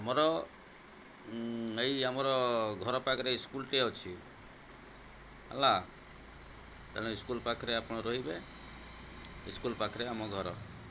ଆମର ଏଇ ଆମର ଘର ପାଖରେ ସ୍କୁଲ୍ଟି ଅଛି ହେଲା ତେଣୁ ସ୍କୁଲ୍ ପାଖରେ ଆପଣ ରହିବେ ସ୍କୁଲ୍ ପାଖରେ ଆମ ଘର